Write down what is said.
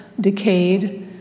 decayed